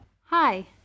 Hi